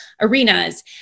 arenas